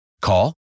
Call